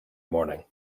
morning